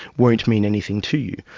won't mean anything to you.